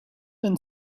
and